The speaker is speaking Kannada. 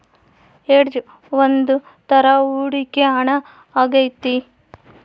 ಹೆಡ್ಜ್ ಒಂದ್ ತರ ಹೂಡಿಕೆ ಹಣ ಆಗೈತಿ